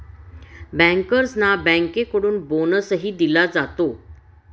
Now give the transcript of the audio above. बँकर्सना बँकेकडून बोनसही दिला जातो